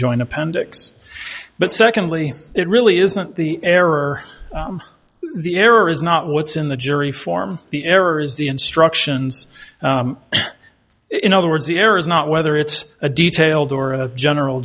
joint appendix but secondly it really isn't the error the error is not what's in the jury form the error is the instructions in other words the error is not whether it's a detailed or a general